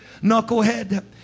knucklehead